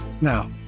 Now